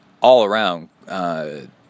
all-around